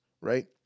right